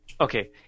okay